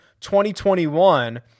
2021